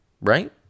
right